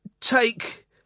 take